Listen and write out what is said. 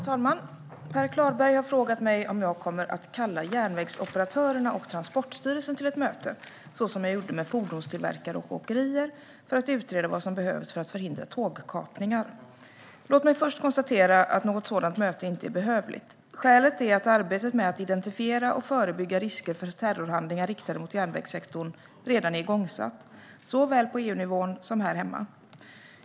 Herr talman! Per Klarberg har frågat mig om jag kommer att kalla järnvägsoperatörerna och Transportstyrelsen till ett möte, så som jag gjorde med fordonstillverkare och åkerier, för att utreda vad som behövs för att förhindra tågkapningar. Låt mig först konstatera att något sådant möte inte är behövligt. Skälet är att arbetet med att identifiera och förebygga risker för terrorhandlingar riktade mot järnvägssektorn redan är igångsatt, såväl på EU-nivån som här hemma.